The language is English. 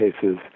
cases